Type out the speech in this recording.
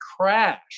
crash